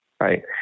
Right